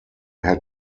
had